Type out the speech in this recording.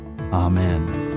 amen